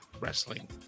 wrestling